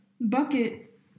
bucket